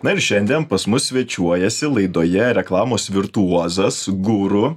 na ir šiandien pas mus svečiuojasi laidoje reklamos virtuozas guru